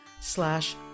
slash